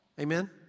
Amen